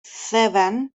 seven